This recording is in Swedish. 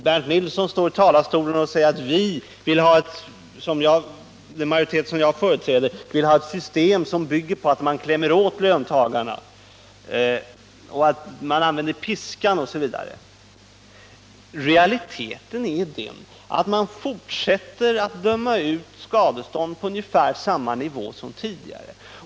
Bernt Nilsson säger att den majoritet som jag företräder vill ha ett system som bygger på att man skall klämma åt löntagarna, använda piskan osv. Realiteten är emellertid den att skadestånd döms ut på ungefär samma nivå som tidigare.